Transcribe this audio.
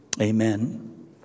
Amen